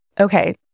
Okay